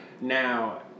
now